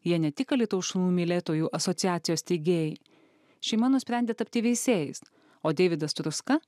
jie ne tik alytaus šunų mylėtojų asociacijos steigėjai šeima nusprendė tapti veisėjais o deividas struska